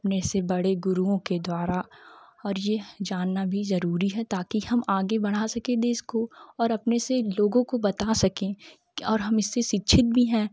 अपने से बड़े गुरुओं के द्वारा और ये जानना भी ज़रूरी है ताकि हम आगे बढ़ा सके देश को और अपने से लोगों को बता सके और हम इससे शिक्षित भी है